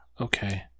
Okay